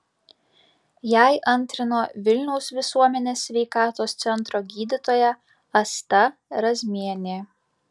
jai antrino vilniaus visuomenės sveikatos centro gydytoja asta razmienė